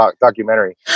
documentary